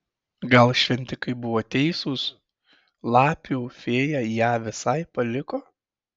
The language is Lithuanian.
gal šventikai buvo teisūs lapių fėja ją visai paliko